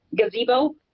gazebo